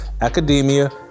academia